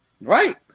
Right